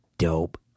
Dope